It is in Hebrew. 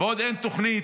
ועוד אין תוכנית